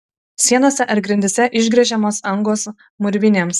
sienose ar grindyse išgręžiamos angos mūrvinėms